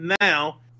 now